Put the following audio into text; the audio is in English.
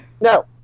No